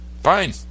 Fine